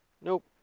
Nope